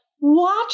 watch